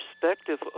perspective